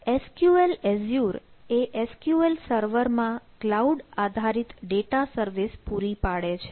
SQL Azure એ SQL સર્વરમાં cloud આધારિત ડેટા સર્વિસ પૂરી પાડે છે